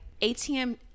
ATM